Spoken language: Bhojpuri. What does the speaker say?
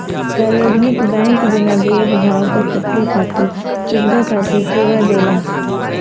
सार्वजनिक बैंक बिना भेद भाव क सबके खातिर सुविधा खातिर सेवा देला